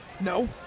No